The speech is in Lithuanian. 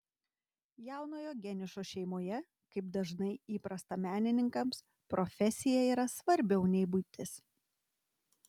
jaunojo geniušo šeimoje kaip dažnai įprasta menininkams profesija yra svarbiau nei buitis